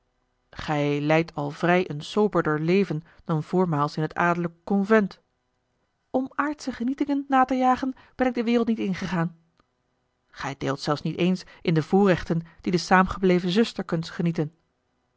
gij leidt al vrij een soberder leven dan voormaals in t adellijk convent a l g bosboom-toussaint de delftsche wonderdokter eel m aardsche genietingen na te jagen ben ik de wereld niet ingegaan gij deelt zelfs niet eens in de voorrechten die de saâmgebleven zusterkens genieten